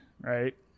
right